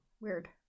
Weird